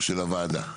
של הוועדה.